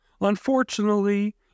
Unfortunately